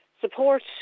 support